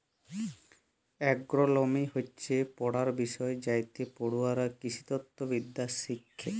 agronomy হচ্যে পড়ার বিষয় যাইতে পড়ুয়ারা কৃষিতত্ত্ব বিদ্যা শ্যাখে